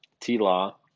T-Law